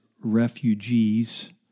refugees